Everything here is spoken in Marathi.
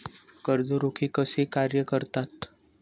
कर्ज रोखे कसे कार्य करतात?